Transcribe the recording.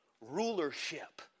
rulership